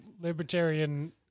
libertarian